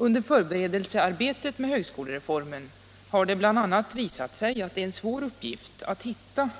Under förberedelsearbetet med högskolereformen har det bl.a. visat sig att det är en svår uppgift att hitta